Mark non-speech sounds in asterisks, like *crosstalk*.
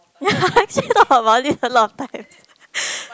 ya *laughs* I actually talk about it a lot of time